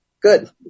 Good